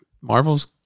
Marvel's